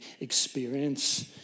experience